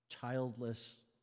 childless